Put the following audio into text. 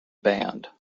band